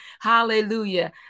hallelujah